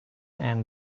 and